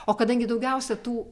o kadangi daugiausia tų